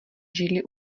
židli